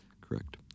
Correct